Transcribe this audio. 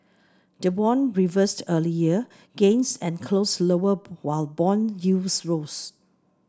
the won reversed earlier gains and closed lower while bond yields rose